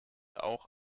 auch